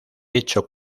hecho